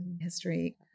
history